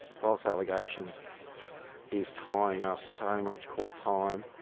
false allegations is tying up so much court time,